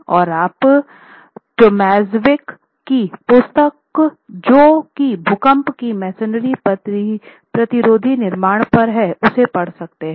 और आप टोमजेविक की पुस्तक जो की भूकंप की मेसनरी प्रतिरोधी निर्माण पर है उसे पढ़ सकते हैं